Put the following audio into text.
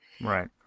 Right